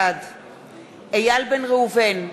בעד איל בן ראובן,